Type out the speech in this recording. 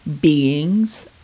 beings